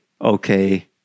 okay